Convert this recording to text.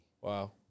Wow